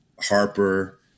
Harper